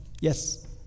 Yes